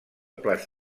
plats